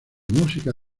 música